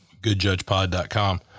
goodjudgepod.com